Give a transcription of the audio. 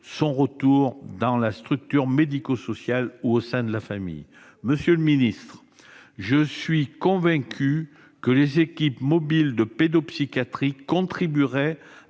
son retour dans la structure médico-sociale ou au sein de sa famille. Monsieur le secrétaire d'État, je suis convaincu que les équipes mobiles de pédopsychiatrie contribueraient